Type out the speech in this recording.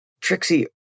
Trixie